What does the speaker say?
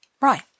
Right